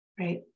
right